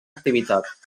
activitat